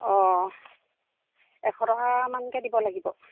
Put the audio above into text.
অঁ এশ টকামানকৈ দিব লাগিব